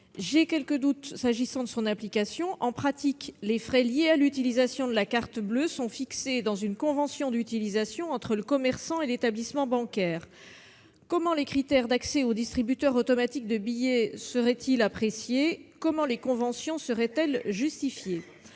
j'ai quelques doutes quant à l'application de ces dispositions. En pratique, les frais liés à l'usage de la carte bleue sont fixés dans une convention d'utilisation entre le commerçant et l'établissement bancaire. Comment les critères d'accès aux distributeurs automatiques de billets seraient-ils appréciés ? Comment les conventions seraient-elles justifiées ?